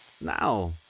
Now